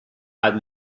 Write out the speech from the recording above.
had